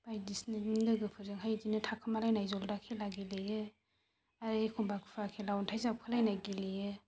बायदिसिना बिदिनो लोगोफोरजोंहाय इदिनो थाखुमालायनाय जल्दा खेला गेलेयो आरो एखनबा खुवा खेला अन्थाइ जाबखोलायनाय गेलेयो